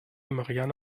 marianne